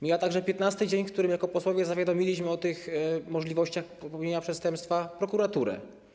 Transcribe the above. Mija także 15. dzień, w którym jako posłowie zawiadomiliśmy o możliwościach popełnienia przestępstwa prokuraturę.